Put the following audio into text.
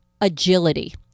agility